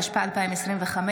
התשפ"ה 2025,